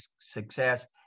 success